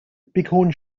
bighorn